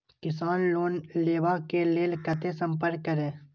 किसान लोन लेवा के लेल कते संपर्क करें?